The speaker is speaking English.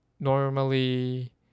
normally